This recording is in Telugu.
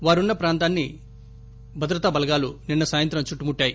వారున్న ప్రాంతాన్ని బలగాలు నిన్న సాయంత్రం చుట్టుముట్టాయి